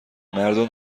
مردم